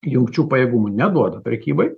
jungčių pajėgumų neduoda prekybai